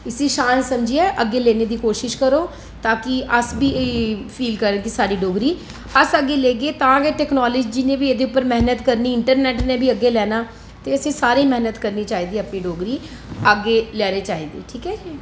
इसी शान समझी ऐ अग्गै लेने दी कोशिश करो ताकि अस बी फील करगे कि साढ़ी डोगरी अस अग्गै लेगे तां गै टेक्नोलाॅजी ने बी एह्दे उप्पर मेह्नत करनी इंटरनेंट ने बी करनीअसें सारे मेह्नत करनी चाहिदी अपनी डोगरी अग्गै लेने चाहिदी ठीक ऐ